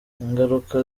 ingaruka